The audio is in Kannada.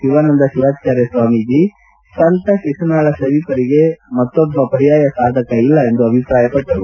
ಶಿವಾನಂದ ಶಿವಾಚಾರ್ಯ ಸ್ವಾಮೀಜಿ ಸಂತ ಶಿಶುನಾಳ ಷರೀಫರಿಗೆ ಇನ್ನೊಬ್ಬ ಪರ್ಯಾಯ ಸಾಧಕ ಇಲ್ಲ ಎಂದು ಹೇಳಿದರು